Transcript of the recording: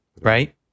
right